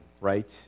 right